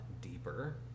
deeper